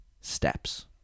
Steps